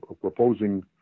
proposing